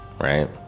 right